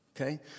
Okay